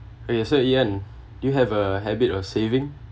okay so yan do you have a habit of saving